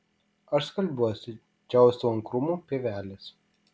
aš skalbiuosi džiaustau ant krūmų pievelės